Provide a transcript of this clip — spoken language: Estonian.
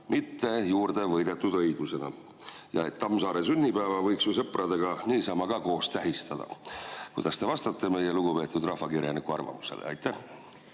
mitte juurde võidetud õigusena. Ja Tammsaare sünnipäeva võiks ju sõpradega niisama ka koos tähistada. Kuidas te vastate meie lugupeetud rahvakirjaniku arvamusele? Aitäh,